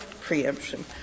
preemption